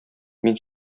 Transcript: мин